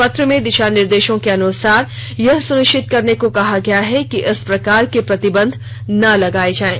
पत्र में दिशा निर्देशों के अनुसार यह सुनिश्चित करने को कहा है कि इस प्रकार के प्रतिबंध न लगाए जाएं